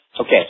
Okay